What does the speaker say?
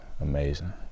amazing